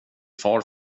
far